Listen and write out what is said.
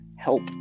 help